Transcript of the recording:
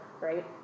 right